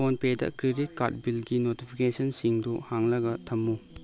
phone ꯄꯦꯗ credit card ꯕꯤꯜꯒꯤ ꯅꯣꯇꯤꯐꯤꯀꯦꯁꯟꯁꯤꯡꯗꯨ ꯍꯥꯡꯂꯒ ꯊꯝꯃꯨ